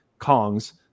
kongs